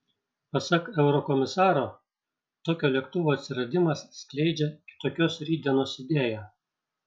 pasak eurokomisaro tokio lėktuvo atsiradimas skleidžia kitokios rytdienos idėją